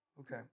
Okay